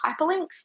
hyperlinks